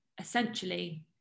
essentially